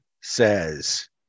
says